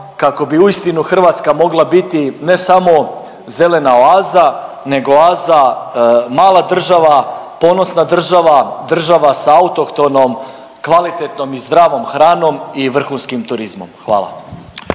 kako bi uistinu Hrvatska mogla biti ne samo zelena oaza nego oaza mala država, ponosna država, država s autohtonom kvalitetnom i zdravom hranom i vrhunskim turizmom. Hvala.